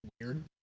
weird